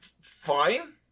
fine